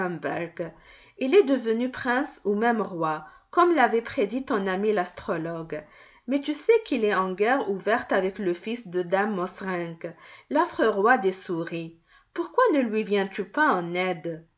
il est devenu prince ou même roi comme l'avait prédit ton ami l'astrologue mais tu sais qu'il est en guerre ouverte avec le fils de dame mauserink l'affreux roi des souris pourquoi ne lui viens-tu pas en aide